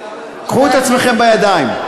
קחו את עצמכם בידיים.